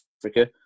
Africa